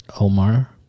Omar